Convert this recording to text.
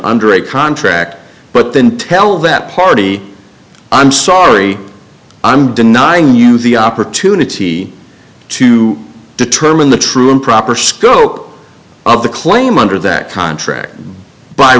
a contract but then tell that party i'm sorry i'm denying you the opportunity to determine the true improper scope of the claim under that contract b